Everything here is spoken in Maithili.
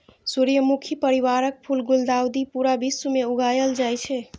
सूर्यमुखी परिवारक फूल गुलदाउदी पूरा विश्व मे उगायल जाए छै